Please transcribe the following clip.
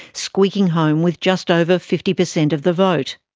squeaking home with just over fifty percent of the vote.